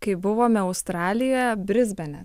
kai buvome australijoje brisbane